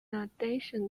addition